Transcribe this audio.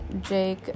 Jake